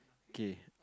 okay